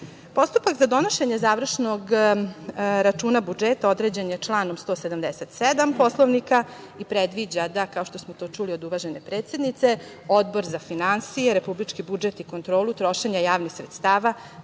godinu. Postupak za donošenje završnog računa budžeta određen je članom 177. Poslovnika i predviđa da, kao što smo to čuli od uvažene predsednice, Odbor za finansije, republički budžet i kontrolu trošenja javnih sredstava